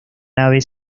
nave